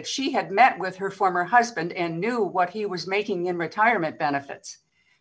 that she had met with her former husband and knew what he was making in retirement benefits